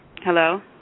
Hello